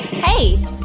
Hey